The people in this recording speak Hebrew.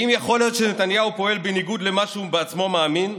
האם יכול להיות שנתניהו פועל בניגוד למה שהוא בעצמו מאמין?